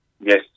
yes